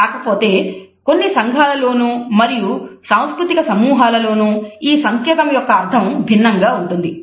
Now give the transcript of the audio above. కాకపోతే కొన్ని సంఘాల లోనూ మరియు సాంస్కృతిక సమూహాల లోనూ ఈ సంకేతం యొక్క అర్థం భిన్నంగా ఉంటుంది